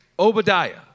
Obadiah